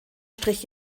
strich